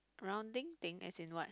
rounding thing as in what